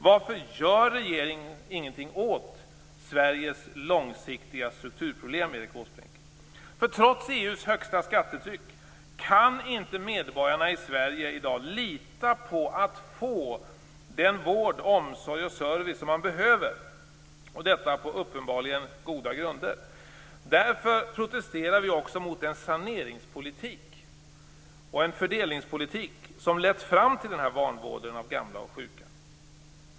Varför gör regeringen ingenting åt Sveriges långsiktiga strukturproblem, Erik Åsbrink? Trots EU:s högsta skattetryck kan inte medborgarna i Sverige i dag - uppenbarligen på goda grunder - lita på att få den vård, omsorg och service som man behöver. Därför protesterar vi också mot en saneringspolitik och en fördelningspolitik som lett fram till den här vanvården av gamla och sjuka.